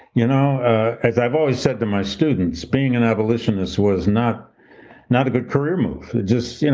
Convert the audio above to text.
you know ah as i've always said to my students, being an abolitionist was not not a good career move. it just,